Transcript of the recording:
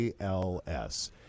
ALS